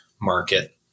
market